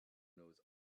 knows